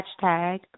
hashtag